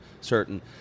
certain